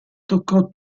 toccò